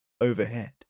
overhead